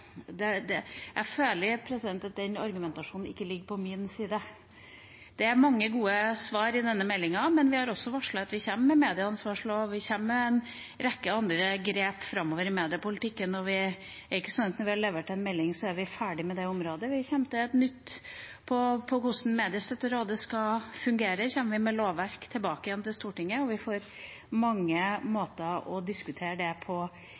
Jeg føler at den argumentasjonen ikke ligger på min side. Det er mange gode svar i denne meldinga, men vi har også varslet at vi kommer med en medieansvarslov, og vi kommer med en rekke andre grep framover i mediepolitikken. Det er ikke sånn at når vi har levert en melding, er vi ferdig med det området. Når det gjelder hvordan mediestøtterådet skal fungere, kommer vi tilbake igjen til Stortinget med et lovverk, og vi får mange måter å diskutere det på